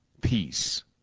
peace